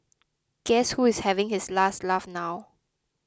guess who is having his last laugh now